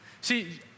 See